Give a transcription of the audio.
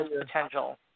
potential